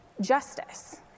justice